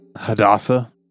Hadassah